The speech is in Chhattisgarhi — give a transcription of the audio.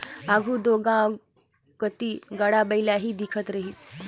आघु दो गाँव कती गाड़ा बइला ही दिखत रहिस